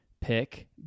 pick